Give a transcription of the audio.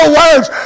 words